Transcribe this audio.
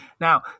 now